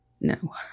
No